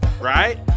right